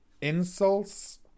insults